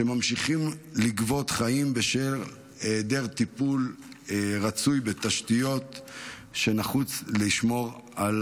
שממשיכים לגבות חיים בשל היעדר טיפול רצוי בתשתיות שנחוץ לשמור על